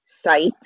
Site